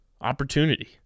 opportunity